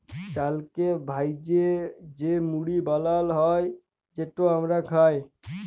চালকে ভ্যাইজে যে মুড়ি বালাল হ্যয় যেট আমরা খাই